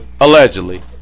Allegedly